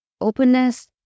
openness